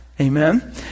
Amen